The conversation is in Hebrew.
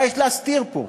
מה יש להסתיר פה?